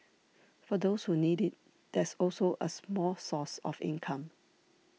for those who need it there's also a small source of income